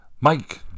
Mike